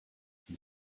did